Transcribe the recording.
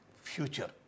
future